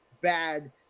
bad